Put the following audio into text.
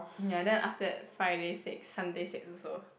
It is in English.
ya then after that Friday six Sunday six also